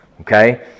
Okay